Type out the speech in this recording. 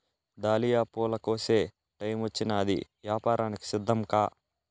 dahlia పూల కోసే టైమొచ్చినాది, యాపారానికి సిద్ధంకా